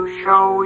show